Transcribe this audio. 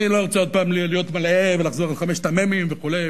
אני לא רוצה עוד פעם להלאות ולחזור על חמשת המ"מים וכו'.